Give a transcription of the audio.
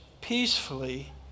peacefully